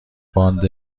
باند